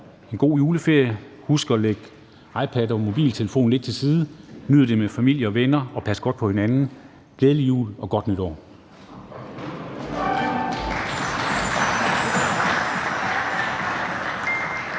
en god juleferie. Husk at lægge iPad og mobiltelefon lidt til side, nyd det med familie og venner, og pas godt på hinanden. Glædelig jul og godt nytår.